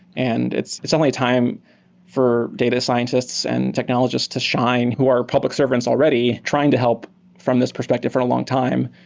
and it's it's only time for data scientists and technologists to shine who are public servants already trying to help from this perspective for a long time.